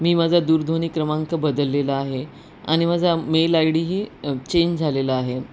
मी माझा दूरध्वनी क्रमांक बदललेला आहे आणि माझा मेल आय डीही चेंज झालेला आहे